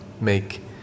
make